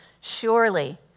surely